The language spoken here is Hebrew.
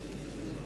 13),